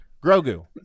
Grogu